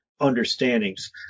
understandings